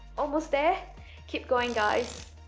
almost there keep going guys